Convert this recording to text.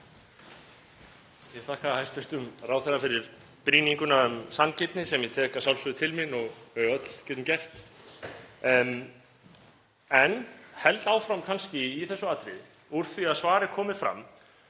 Ég þakka hæstv. ráðherra fyrir brýninguna um sanngirni sem ég tek að sjálfsögðu til mín og við öll getum gert. En ég held kannski áfram í þessu atriði úr því að svar er komið fram